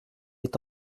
est